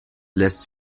lässt